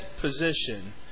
position